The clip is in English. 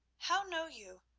how know you?